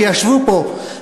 שישבו פה,